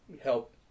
help